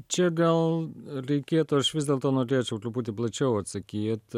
čia gal reikėtų aš vis dėlto norėčiau truputį plačiau atsakyt